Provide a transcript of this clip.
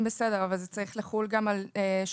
בסדר, אבל זה צריך לחול גם על 3(ז).